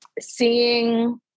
seeing